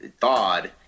thawed